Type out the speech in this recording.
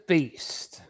Beast